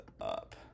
up